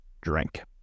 drink